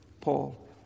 Paul